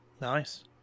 nice